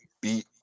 beat